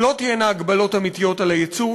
לא תהיינה הגבלות אמיתיות על הייצוא,